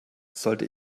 sollte